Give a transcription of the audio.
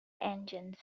engines